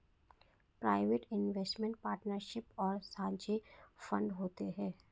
private investment partnership और साझे fund होते हैं